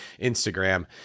Instagram